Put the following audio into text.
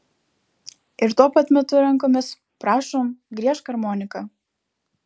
ir tuo pat metu rankomis prašom griežk armonika